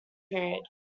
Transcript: period